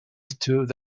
stood